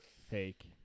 Fake